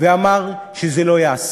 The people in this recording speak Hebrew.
ואמר שזה לא ייעשה,